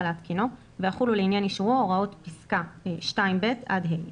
להתקינו ויחולו לעניין אישורו הוראות פסקאות (2)(ב) עד (ה).